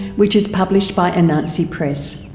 which is published by anansi press.